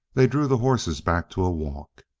they drew the horses back to a walk.